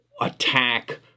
attack